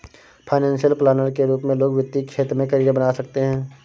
financial planner के रूप में लोग वित्तीय क्षेत्र में करियर बना सकते हैं